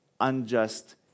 unjust